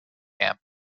camp